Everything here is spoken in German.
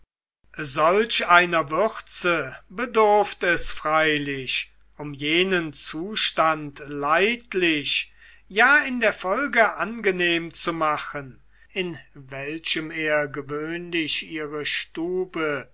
solch einer würze bedurft es freilich um jenen zustand leidlich ja in der folge angenehm zu machen in welchem er gewöhnlich ihre stube